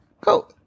go